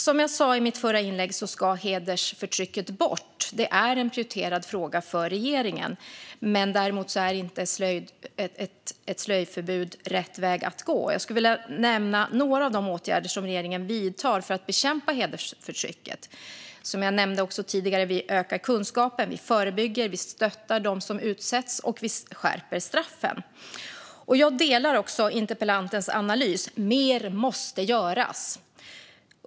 Som jag sa i mitt förra inlägg ska hedersförtrycket bort. Det är en prioriterad fråga för regeringen, men däremot är ett slöjförbud inte rätt väg att gå. Jag skulle vilja nämna några av de åtgärder som regeringen vidtar för att bekämpa hedersförtryck. Som jag nämnde tidigare ökar vi kunskapen, vi förebygger, vi stöttar dem som utsätts och vi skärper straffen. Jag delar också interpellantens analys: Mer måste göras.